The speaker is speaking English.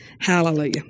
Hallelujah